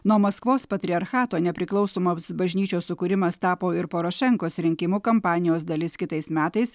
nuo maskvos patriarchato nepriklausoma bažnyčios sukūrimas tapo ir porošenkos rinkimų kampanijos dalis kitais metais